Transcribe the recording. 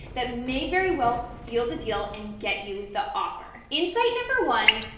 that may very well seal the deal, and get you the offer. insight number one,